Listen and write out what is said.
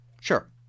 Sure